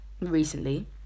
recently